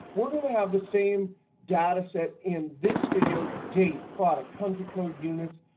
we're going to have the same data set in this video, date, product, country code, units,